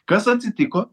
kas atsitiko